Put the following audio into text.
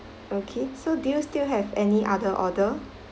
okay so do you still have any other order